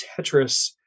Tetris